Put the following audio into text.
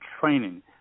training